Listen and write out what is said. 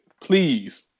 please